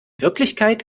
wirklichkeit